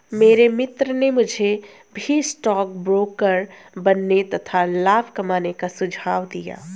मेरे मित्र ने मुझे भी स्टॉक ब्रोकर बनने तथा लाभ कमाने का सुझाव दिया